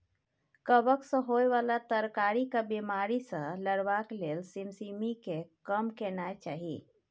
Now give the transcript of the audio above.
कवक सँ होए बला तरकारीक बिमारी सँ लड़बाक लेल सिमसिमीकेँ कम केनाय चाही